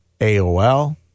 AOL